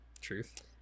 Truth